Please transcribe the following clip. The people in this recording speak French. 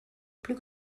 plus